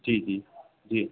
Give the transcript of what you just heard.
जी जी जी